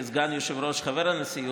כסגן יושב-ראש וכחבר הנשיאות,